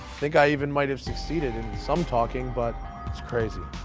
think i even might have succeeded in some talking. but it's crazy.